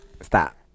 Stop